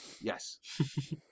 Yes